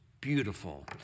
beautiful